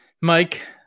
Mike